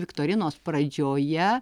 viktorinos pradžioje